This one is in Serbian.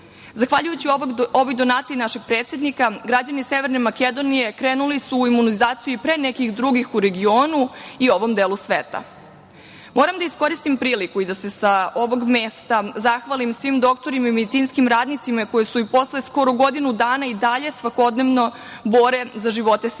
Zahvaljujući ovoj donaciji našeg predsednika, građani Severne Makedonije krenuli su u imunizaciju i pre nekih drugih u regionu i ovom delu sveta. Moram da iskoristim priliku i da se sa ovog mesta zahvalim svim doktorima i medicinskim radnicima koji se i posle skoro godinu dana i dalje svakodnevno bore za živote svih nas.